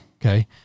Okay